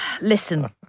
Listen